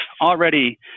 already